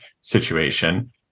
situation